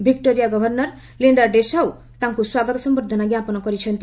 Victoria governor ଲିିିଆ Dessau ତାଙ୍କୁ ସ୍ୱାଗତ ସମ୍ଭର୍ଦ୍ଧନା ଜ୍ଞାପନ କରିଛନ୍ତି